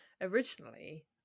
originally